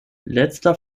letzter